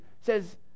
says